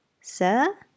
Sir